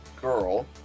girl